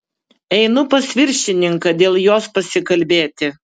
einu pas viršininką dėl jos pasikalbėti